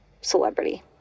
celebrity